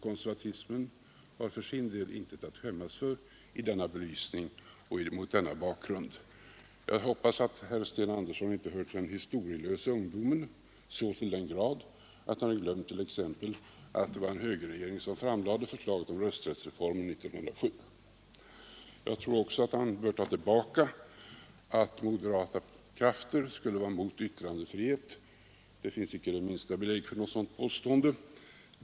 Konservatismen har för sin del intet att skämmas för i denna belysning och mot denna bakgrund. Jag hoppas att herr Sten Andersson inte hör till den historielösa ungdomen så till den grad att han glömt t.ex. att det var en högerregering som framlade förslaget om rösträttsreformen 1907. Jag tror också att han bör ta tillbaka att moderata krafter skulle vara emot yttrandefrihet. Det finns inte det minsta belägg för ett sådant påstående.